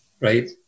right